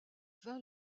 vint